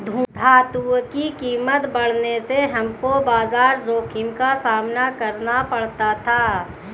धातुओं की कीमत बढ़ने से हमको बाजार जोखिम का सामना करना पड़ा था